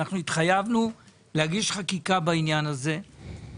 אנחנו התחייבנו להגיש חקיקה בעניין הזה,